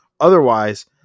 Otherwise